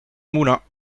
moulins